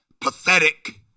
Pathetic